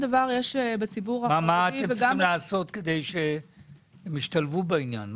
מה אתם צריכים לעשות כדי שישתלבו בעניין?